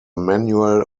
manual